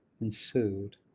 ensued